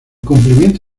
cumplimiento